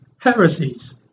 heresies